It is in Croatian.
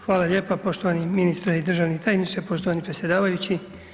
Hvala lijepa poštovani ministre i državni tajniče, poštovani predsjedavajući.